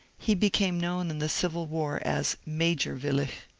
he became known in the civil war as major willich.